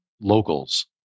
locals